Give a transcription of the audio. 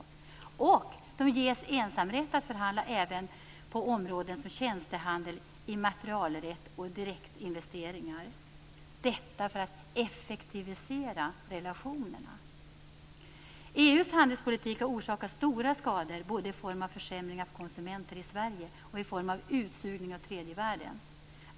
Den kommer att ges ensamrätt att förhandla även på områden som tjänstehandel, immaterialrätt och direktinvesteringar för att effektivisera relationerna. EU:s handelspolitik har orsakat stora skador, både i form av försämringar för konsumenter i Sverige och i form av utsugning av tredje världen.